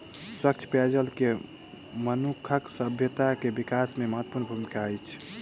स्वच्छ पेयजल के मनुखक सभ्यता के विकास में महत्वपूर्ण भूमिका अछि